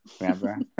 Remember